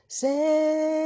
say